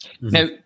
Now